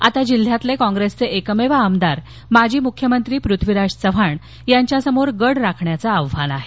आता जिल्ह्यातील काँग्रेसचे एकमेव आमदार माजी मुख्यमंत्री पृथ्वीराज चव्हाण यांच्यासमोर गड राखण्याच आव्हान आहे